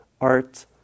art